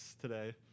today